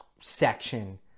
section